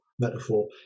metaphor